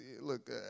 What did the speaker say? look